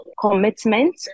commitment